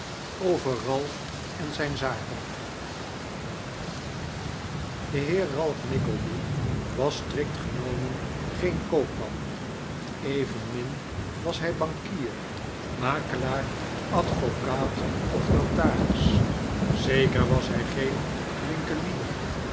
ralph en zijn zaken de heer ralph nickleby was strikt genomen geen koopman evenmin was hij bankier makelaar advocaat of notaris zeker was hij geen winkelier